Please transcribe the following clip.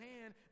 hand